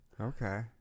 Okay